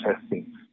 testing